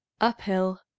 uphill